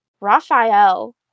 Raphael